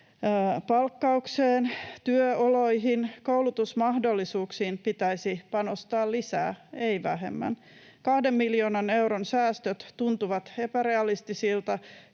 Palkkaukseen, työoloihin ja koulutusmahdollisuuksiin pitäisi panostaa lisää, ei vähemmän. Kahden miljoonan euron säästöt tuntuvat epärealistisilta,